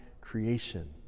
creation